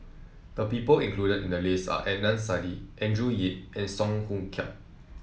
the people included in the list are Adnan Saidi Andrew Yip and Song Hoot Kiam